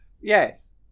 Yes